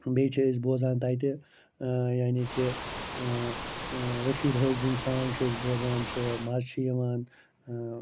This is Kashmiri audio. بیٚیہِ چھِ أسۍ بوزان تَتہِ یعنے کہِ رشیٖد حٲفظِن سونٛگ چھِ أسۍ بوزان چھِ مَزٕ چھِ یِوان